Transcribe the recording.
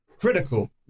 Critical